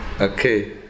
Okay